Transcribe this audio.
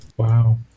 wow